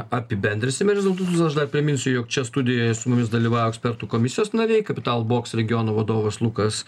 apibendrinsim rezultatus aš dar priminsiu jog čia studijoje su mumis dalyvauja ekspertų komisijos nariai capital box regiono vadovas lukas